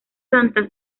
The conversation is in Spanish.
santa